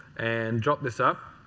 and drop this up.